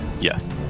yes